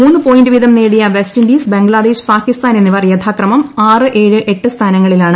മുന്ന് പോയിന്റുവീതം നേടിയ വെസ്റ്റ് ഇൻഡീസ് ബംഗ്ലാദേശ് പാകിസ്ഥാൻ എന്നിവർ യഥാക്രമം ആറ്ഏഴ് എട്ട് സ്ഥാനങ്ങളിലാണ്